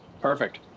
Perfect